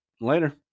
Later